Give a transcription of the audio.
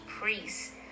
priests